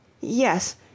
yes